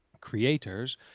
creators